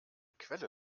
quelle